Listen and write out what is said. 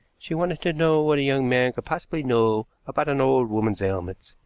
she wanted to know what a young man could possibly know about an old woman's ailments,